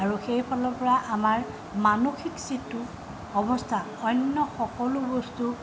আৰু সেইফালৰ পৰা আমাৰ মানসিক যিটো অৱস্থা অন্য সকলো বস্তু